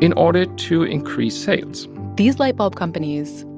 in order to increase sales these light bulb companies,